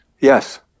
Yes